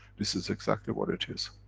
this is exactly what it is,